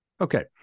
Okay